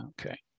Okay